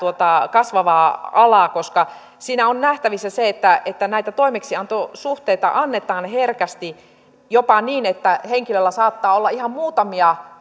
kasvavaa alaa koska siinä on nähtävissä se että että näitä toimeksiantosuhteita annetaan herkästi henkilöllä saattaa olla jopa ihan muutamia